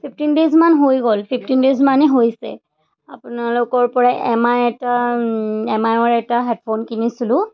fifteen ডেজমান হৈ গ'ল ফিফটিন ডেজ মমানেই হৈছে আপোনালোকৰপৰা এম আই এটা এম আইৰ এটা হেডফোন কিনিছিলোঁ